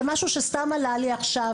זה משהו שעלה לי עכשיו,